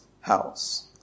house